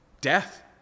Death